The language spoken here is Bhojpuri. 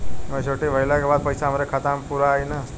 मच्योरिटी भईला के बाद पईसा हमरे खाता म पूरा आई न?